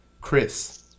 Chris